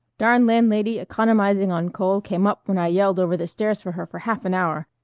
darn landlady economizing on coal came up when i yelled over the stairs for her for half an hour.